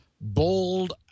bold